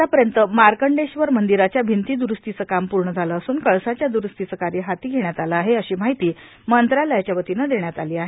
आतापर्यंत मंदिराच्या भिंती द्रुस्तीचे काम पूर्ण झाले असून कळसाच्या द्रुस्तीचे कार्य हाती घेण्यात आले आहे अशी माहिती मंत्रालयाच्यावतीने देण्यात आली आहे